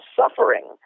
suffering